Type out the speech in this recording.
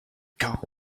camp